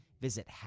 Visit